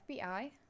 FBI